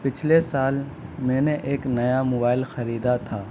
پچھلے سال میں نے ایک نیا موبائل خریدا تھا